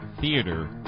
Theater